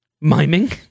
miming